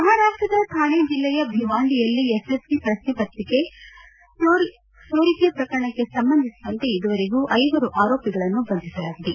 ಮಹಾರಾಷ್ಷದ ಥಾಣೆ ಜಿಲ್ಲೆಯ ಭಿವಾಂಡಿಯಲ್ಲಿ ಎಸ್ಎಸ್ಸಿ ಪ್ರಶ್ನೆಪತ್ರಿಕೆ ಸೋರಿಕೆ ಪ್ರಕರಣಕ್ಕೆ ಸಂಬಂಧಿಸಿದಂತೆ ಇದುವರೆಗೂ ಐವರು ಆರೋಪಿಗಳನ್ನು ಬಂಧಿಸಲಾಗಿದೆ